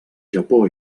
japó